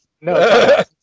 no